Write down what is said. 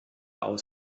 aus